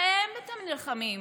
בהם אתם נלחמים,